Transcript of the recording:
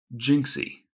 Jinxie